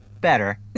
better